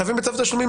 חייבים בצו תשלומים,